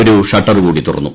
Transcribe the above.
ഒരു ഷട്ടർ കൂടി തുറന്നു